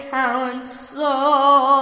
council